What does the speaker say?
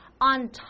On